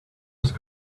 just